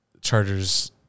Chargers